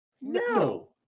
No